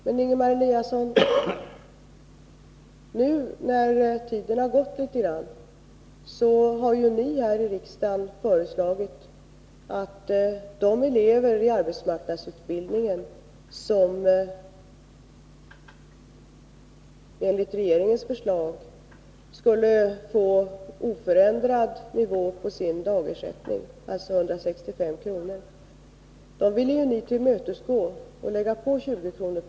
Men, Ingemar Eliasson, nu när en viss tid har gått, har ni här i riksdagen lagt fram förslag beträffande de elever i arbetsmarknadsutbildningen som enligt regeringens förslag skulle få oförändrad nivå på sin dagersättning — alltså 165 kr. Ni vill tillmötesgå dem och lägga på 20 kr.